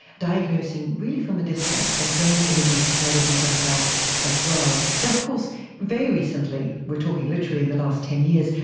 diagnosing really from a distance. and brain imaging technology does that as well. of course very recently, we're talking literally in the last ten years,